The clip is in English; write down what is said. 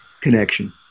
Connection